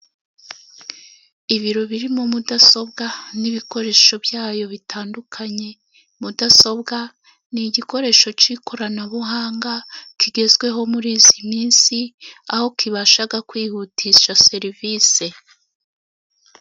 Ibiro birimo mudasobwa n'ibikoresho byayo bitandukanye, mudasobwa n'igikoresho cy'ikoranabuhanga kigezweho muri iyi minsi, aho kibasha kwihutisha serivisi.